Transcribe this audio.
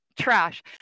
trash